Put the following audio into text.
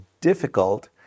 difficult